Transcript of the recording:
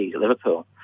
Liverpool